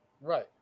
Right